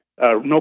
no